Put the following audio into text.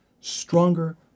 stronger